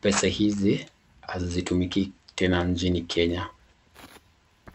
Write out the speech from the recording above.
Pesa hizi hazitumiki tena nchini Kenya.